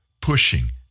pushing